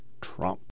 Trump